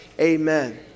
amen